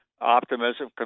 optimism